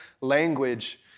language